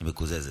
מקוזזת.